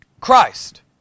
christ